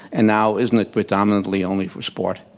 and now, isn't it predominantly only for sport?